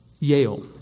Yale